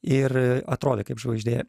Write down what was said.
ir atrodė kaip žvaigždė